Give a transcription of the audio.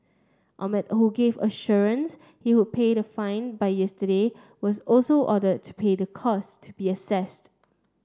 Ahmed who gave assurance he would pay the fine by yesterday was also ordered to pay the cost to be assessed